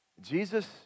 Jesus